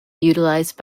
utilised